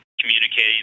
communicating